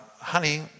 Honey